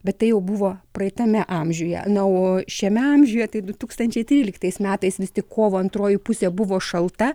bet tai jau buvo praeitame amžiuje na o šiame amžiuje tai du tūkstančiai tryliktais metais vis tik kovo antroji pusė buvo šalta